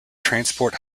transport